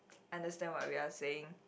understand what we are saying